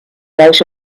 rate